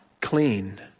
clean